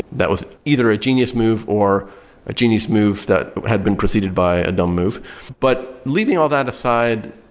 that was either a genius move, or a genius move that had been preceded by a dumb move but leaving all that aside,